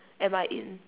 am I in